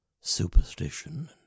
superstition